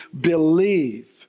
believe